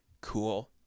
cool